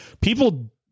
people